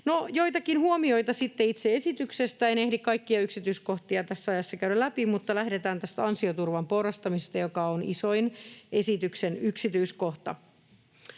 joitakin huomioita sitten itse esityksestä. En ehdi kaikkia yksityiskohtia tässä ajassa käydä läpi, mutta lähdetään tästä ansioturvan porrastamisesta, joka on esityksen isoin yksityiskohta.